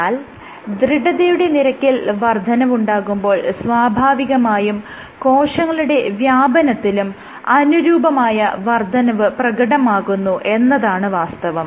എന്നാൽ ദൃഢതയുടെ നിരക്കിൽ വർദ്ധനവുണ്ടാകുമ്പോൾ സ്വാഭാവികമായും കോശങ്ങളുടെ വ്യാപനത്തിലും അനുരൂപമായ വർദ്ധനവ് പ്രകടമാകുന്നു എന്നതാണ് വാസ്തവം